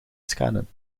scannen